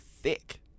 thick